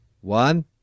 One